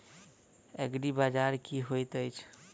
एग्रीबाजार की होइत अछि?